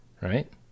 right